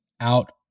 out